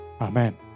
Amen